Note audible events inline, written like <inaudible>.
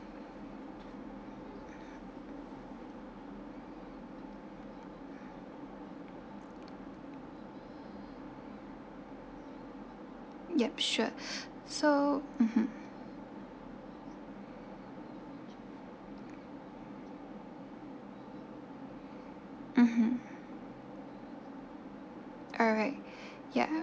yup sure <breath> so mmhmm alright <breath> ya